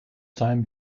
time